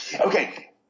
okay